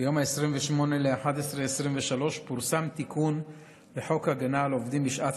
ביום 28 בנובמבר 2023 פורסם תיקון לחוק הגנה על עובדים בשעת חירום,